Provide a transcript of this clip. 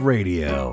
Radio